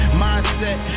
mindset